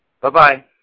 Bye-bye